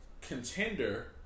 contender